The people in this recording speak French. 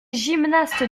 gymnastes